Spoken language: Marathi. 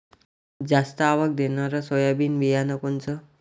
जास्त आवक देणनरं सोयाबीन बियानं कोनचं?